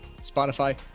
Spotify